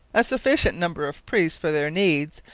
a sufficient number of priests for their needs,